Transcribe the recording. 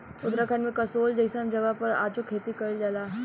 उत्तराखंड में कसोल जइसन जगह पर आजो खेती कइल जाला